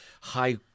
high